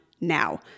now